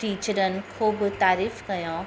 टीचरनि ख़ूबु तारीफ़ कयूं